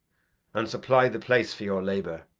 and supply the place for your labour.